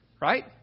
Right